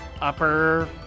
upper